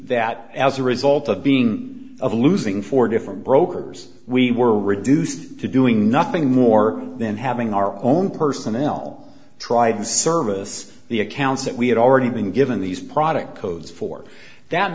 that as a result of being of losing four different brokers we were reduced to doing nothing more than having our own personnel tried service the accounts that we had already been given these product codes for that